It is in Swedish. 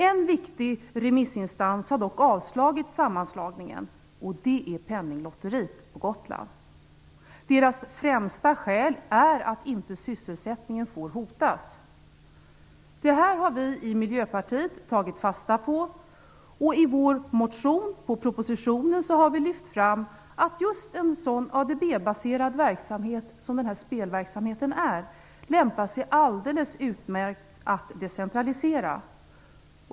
En viktig remissinstans har dock avstyrkt sammanslagningen, och det är Penninglotteriet på Gotland. Det främsta skälet är att sysselsättningen inte får hotas. Det här har vi i Miljöpartiet tagit fasta på, och i vår motion med anledning av propositionen har vi lyft fram att just en sådan ADB-baserad verksamhet som den här spelverksamheten lämpar sig alldeles utmärkt att decentralisera.